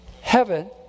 heaven